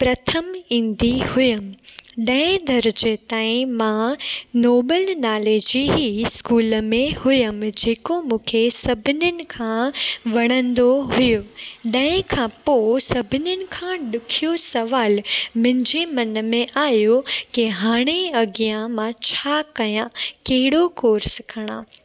प्रथम ईंदी हुयमि ॾहें दर्जे ताईं मां नोबल नाले जी ई स्कूल में हुयमि जेको मूंखे सभिनीनि खां वणंदो हुओ ॾहें खां पोइ सभिनीन खां ॾुखियो सुवालु मुंहिजे मन में आहियो की हाणे ई अॻियां मां छा कयां कहिड़ो कोर्स खणा